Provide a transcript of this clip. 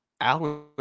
Alan